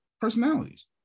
personalities